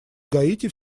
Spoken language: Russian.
гаити